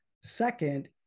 Second